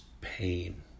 pain